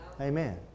Amen